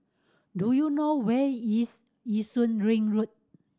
do you know where is Yishun Ring Road